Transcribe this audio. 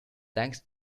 thanks